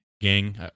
gang